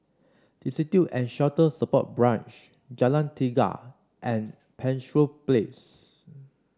Destitute and Shelter Support Branch Jalan Tiga and Penshurst Place